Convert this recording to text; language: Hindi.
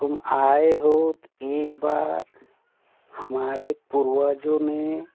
तुम आए हो एक बार हमारे पूर्वजों ने